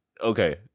okay